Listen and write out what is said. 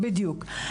בדיוק.